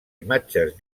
imatges